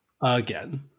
again